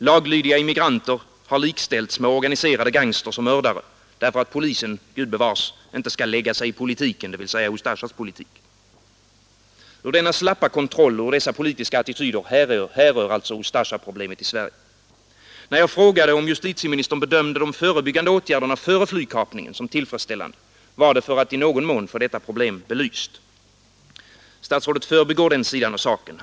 Laglydiga immigranter har likställts med organiserade gangsters och mördare, därför att polisen gubevars inte skall lägga sig i politiken, dvs. i Ustasjas politik. Ur denna slappa kontroll och ur dessa politiska attityder härrör Ustasjaproblemet i Sverige. När jag frågade om justitieministern bedömde de förebyggande åtgärderna före flygkapningen som tillfredsställande var det i någon mån för att få detta problem belyst. Statsrådet förbigår denna sida av saken.